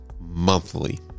monthly